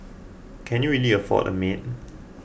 can you really afford a maid